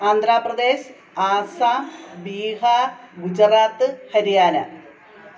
Andhra Pradesh Assam Bihar Gujarat Haryana